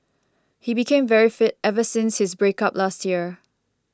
he became very fit ever since his break up last year